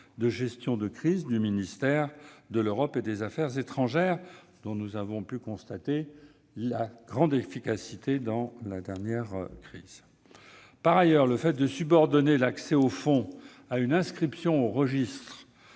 de gestion de crise du ministère de l'Europe et des affaires étrangères, dont nous avons pu constater la grande efficacité durant la dernière crise. Par ailleurs, subordonner l'accès au fonds à une inscription au registre